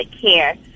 care